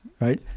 Right